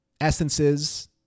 essences